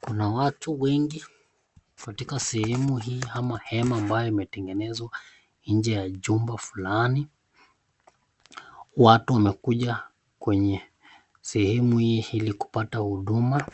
Kuna watu wengi katika sehemu hii hema ambayo imetengenezwa nje ya nyumba fulani, watu wamekuja kwenye sehemu hii ili kupata huduma,